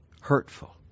hurtful